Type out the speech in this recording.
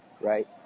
right